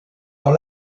dans